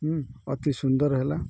ହୁଁ ଅତି ସୁନ୍ଦର ହେଲା